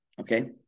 Okay